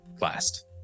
last